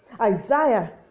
Isaiah